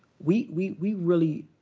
we we we really,